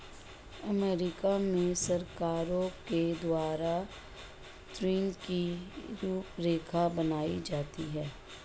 अमरीका में सरकारों के द्वारा ऋण की रूपरेखा बनाई जाती है